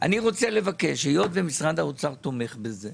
אני רוצה לבקש, היות ומשרד האוצר תומך בזה,